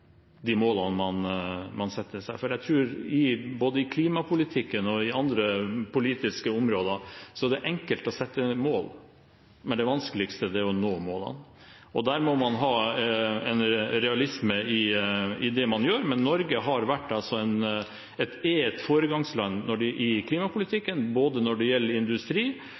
de målene man setter seg. Jeg tror at både i klimapolitikken og på andre politiske områder er det enkelt å sette mål, men det vanskeligste er å nå målene. Der må man ha en realisme i det man gjør. Men Norge er et foregangsland i klimapolitikken både når det gjelder industri